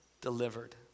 delivered